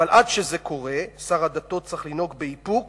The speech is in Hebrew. אבל עד שזה קורה, שר הדתות צריך לנהוג באיפוק